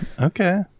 Okay